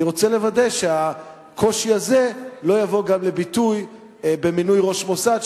אני רוצה לוודא שהקושי הזה לא יבוא לידי ביטוי גם במינוי ראש המוסד,